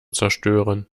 zerstören